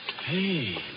Hey